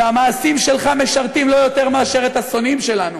והמעשים שלך משרתים לא יותר מאשר את השונאים שלנו.